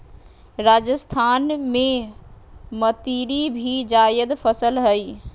राजस्थान में मतीरी भी जायद फसल हइ